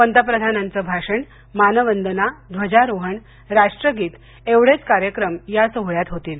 पंतप्रधानांच भाषण मानवंदना ध्वजारोहण राष्ट्रगीत एवढेच कार्यक्रम या सोहळ्यात होतील